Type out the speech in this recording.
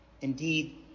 Indeed